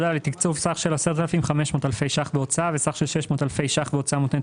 לתקצוב סך של 10,500 אלפי ₪ בהוצאה וסך של 600 אלפי ₪ בהוצאה מותנית